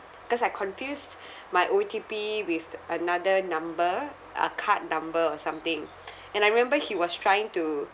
cause I confused my O_T_P with another number uh card number or something and I remember he was trying to